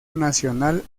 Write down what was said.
nacional